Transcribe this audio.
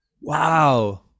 Wow